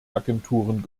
agenturen